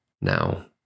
Now